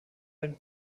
ein